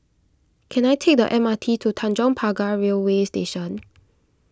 can I take the M R T to Tanjong Pagar Railway Station